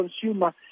consumer